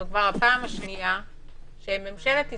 זו כבר הפעם השנייה שממשלת ישראל,